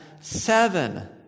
seven